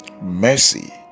mercy